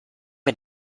mir